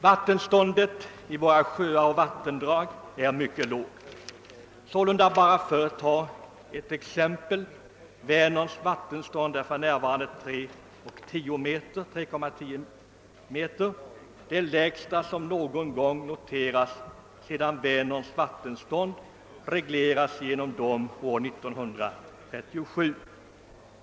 Vattenståndet i våra sjöar och vattendrag är mycket lågt. Vänerns vattenstånd är för att bara ta ett exempel 3,10 meter, det lägsta som någon gång noterats sedan Vänerns vattenstånd reglerades genom vattendom år 1937.